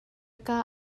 kaa